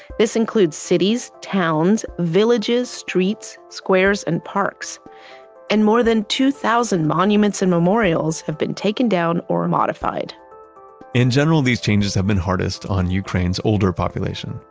this includes cities, towns, villages, streets, squares and parks and more than two thousand monuments and memorials have been taken down or modified in general, these changes have been hardest on ukraine's older population.